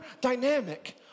dynamic